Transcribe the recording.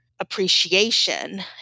appreciation